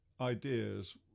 ideas